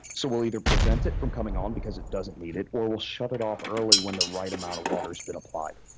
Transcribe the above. so we'll either prevent it from coming on because it doesn't need it, or we'll shut it off early when the right amount of water has been applied.